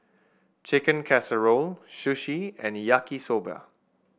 Chicken Casserole Sushi and Yaki Soba